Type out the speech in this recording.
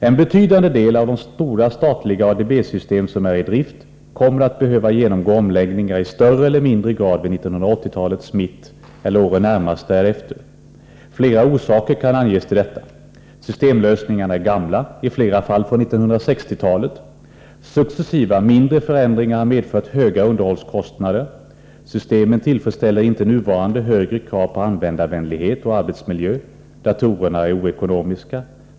En betydande del av de stora statliga ADB-system som är i drift kommer att behöva genomgå omläggningar i större eller mindre grad vid 1980-talets mitt eller åren närmast därefter. Flera orsaker kan anges till detta. Systemlösningarna är gamla, i flera fall från 1960-talet. Successiva, mindre förändringar har medfört höga underhållskostnader. Systemen tillfredsställer inte nuvarande högre krav på användarvänlighet och arbetsmiljö. Datorerna är oekonomiska.